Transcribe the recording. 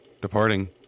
departing